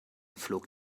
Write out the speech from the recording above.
flog